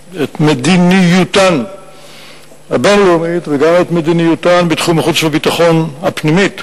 מדיניותן הבין-לאומית וגם את מדיניותן בתחום החוץ והביטחון הפנימי,